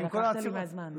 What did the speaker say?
אתה לקחת לי מהזמן.